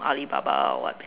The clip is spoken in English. Alibaba or what